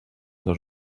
dos